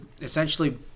essentially